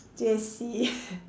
J_C